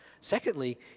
Secondly